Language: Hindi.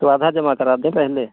तो आधा जमा करा दें पहले